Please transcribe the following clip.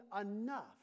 enough